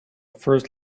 first